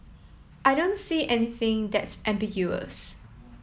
I don't see anything that's ambiguous